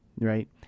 right